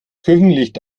küchenlicht